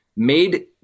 made